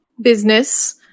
business